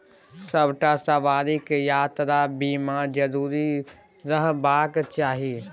सभटा सवारीकेँ यात्रा बीमा जरुर रहबाक चाही